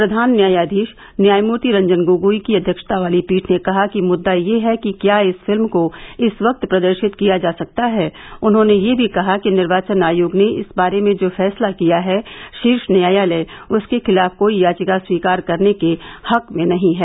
प्रधान न्यायाधीश न्यायमूर्ति रंजन गोगोई की अध्यक्षता वाली पीठ ने कहा कि मुद्दा यह है कि क्या इस फिल्म को इस वक्त प्रदर्शित किया जा सकता है उन्होंने यह भी कहा कि निर्वाचन आयोग ने इस बार में जो फैसला किया है शीर्ष न्यायालय उसके खिलाफ कोई याचिका स्वीकार करने के हक में नहीं है